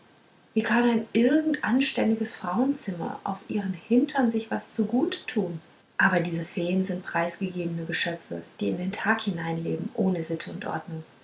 wie kann ein irgend anständiges frauenzimmer auf ihren hintern sich etwas zugute tun aber diese feen sind preisgegebene geschöpfe die in den tag hineinleben ohne sitte und